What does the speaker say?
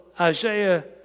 Isaiah